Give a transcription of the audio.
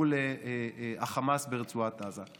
מול החמאס ברצועת עזה?